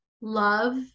love